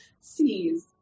Cs